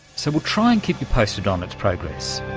so we'll try and keep you posted on its progress.